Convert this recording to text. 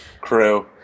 crew